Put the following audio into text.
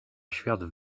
świat